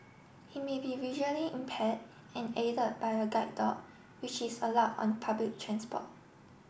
he may be visually impaired and aided by a guide dog which is allow on public transport